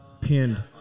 pinned